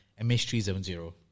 MH370